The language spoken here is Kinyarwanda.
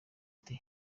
iti